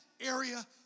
area